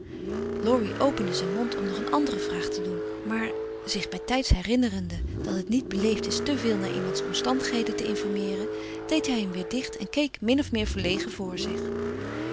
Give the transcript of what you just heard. opende zijn mond om nog een andere vraag te doen maar zich bijtijds herinnerende dat het niet beleefd is te veel naar iemands omstandigheden te informeeren deed hij hem weer dicht en keek min of meer verlegen voor zich